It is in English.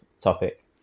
topic